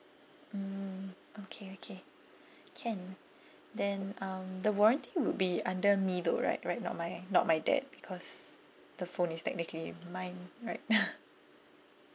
mm okay okay can then um the warranty would be under me though right right not my not my dad because the phone is technically mine right